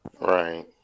Right